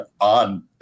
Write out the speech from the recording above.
on